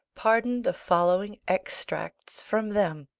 pardon the following extracts from them